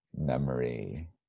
memory